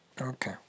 Okay